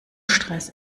stress